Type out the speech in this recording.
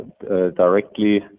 directly